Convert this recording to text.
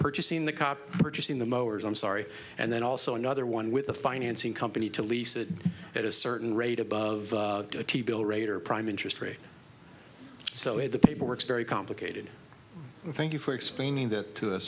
purchasing the cop purchasing the motors i'm sorry and then also another one with a financing company to lease it at a certain rate above rate or prime interest rate so a the paper works very complicated thank you for explaining that to us